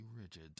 rigid